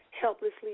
Helplessly